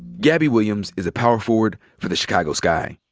gabby williams is a power forward for the chicago sky.